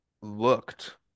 looked